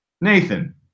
Nathan